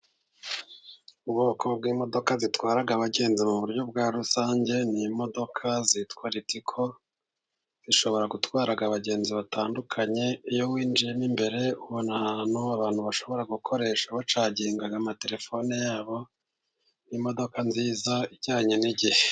Ubwoko bw'imodoka zitwarara abagenzi mu buryo bwa rusange ni modoka zitwa Litiko. Zishobora gutwarara abagenzi batandukanye. Iyo winjiye imbere, ubona ahantu abantu bashobora gukoresha bacaginga amatelefone yabo, ni imodoka nziza ijyanye n'igihe.